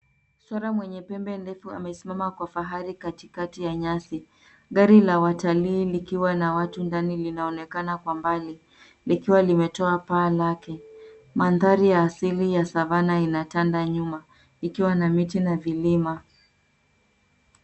Swara mwenye pembe ndefu amesimama kwa fahari katikati ya nyasi. Gari la watalii likiwa na watu ndani linaonekana kwa mbali likiwa limetoa paa lake. Mandhari ya asili ya Savanah ina tanda nyuma ikiwa na miti na vilima.